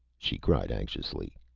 she cried anxiously,